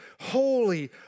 holy